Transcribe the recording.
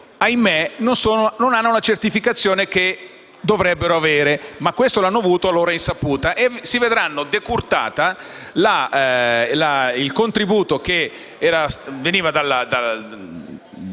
ahimè - non hanno la certificazione che dovrebbero avere - ma lo avranno fatto a loro insaputa - e vedranno decurtato il contributo che veniva dallo Stato